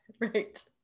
Right